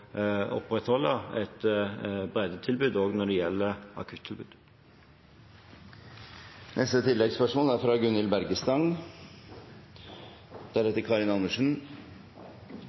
opprettholde et breddetilbud også når det gjelder akuttilbud. Gunhild Berge Stang